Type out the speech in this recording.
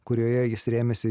kurioje jis rėmėsi